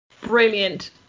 Brilliant